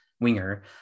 winger